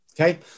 Okay